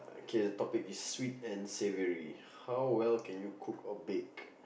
okay the topic is savory how well can you cook or bake